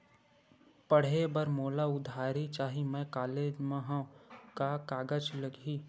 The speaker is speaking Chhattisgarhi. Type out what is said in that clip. पढ़े बर मोला उधारी चाही मैं कॉलेज मा हव, का कागज लगही?